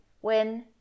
when